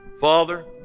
Father